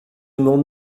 m’en